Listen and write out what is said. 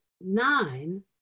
nine